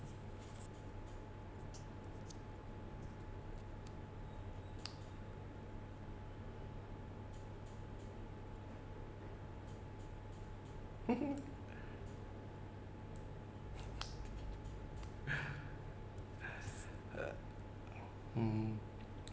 uh mm